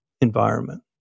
environment